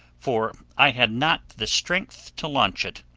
for i had not the strength to launch it.